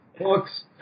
books